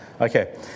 Okay